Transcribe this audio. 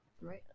right